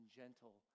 gentle